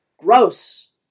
Gross